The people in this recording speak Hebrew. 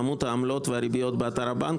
בעמוד העמלות והריביות באתר הבנק,